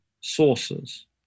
sources